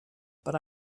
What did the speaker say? but